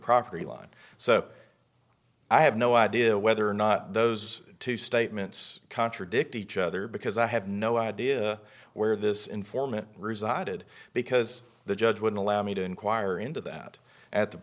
property line so i have no idea whether or not those two statements contradict each other because i have no idea where this informant resided because the judge wouldn't allow me to inquire into that at the